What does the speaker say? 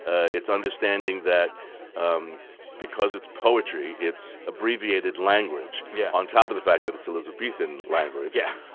ah it's understanding that um because it's poetry. it's abbreviated language. yeah. on top of the fact that it's elizabethan language. yeah.